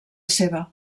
seva